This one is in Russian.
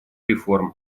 реформ